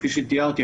כפי שתיארתי,